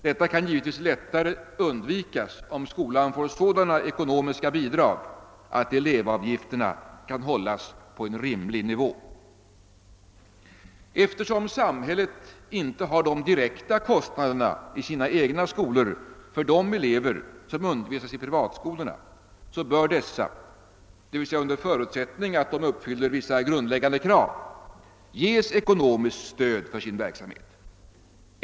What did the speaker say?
Detta kan givetvis lättare undvikas om skolorna får sådana ekonomiska bidrag att elevavgifterna kan hållas på en rimlig nivå. Eftersom samhället inte har de direkta kostnaderna i sina egna skolor för de elever som undervisas i privatskolorna bör åt dessa skolor — givetvis under förutsättning att de uppfyller vissa grundläggande krav — ges ekonomiskt stöd för deras verksamhet.